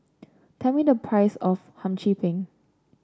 tell me the price of Hum Chim Peng